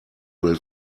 will